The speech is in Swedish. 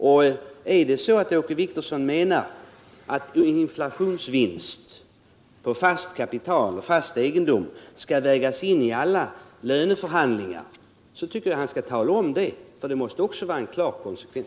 Menar Åke Wictorsson att inflationsvinst på fast egendom skall läggas in i alla löneförhandlingar — för det måste ju vara en klar konsekvens så tycker jag att han skall tala om det.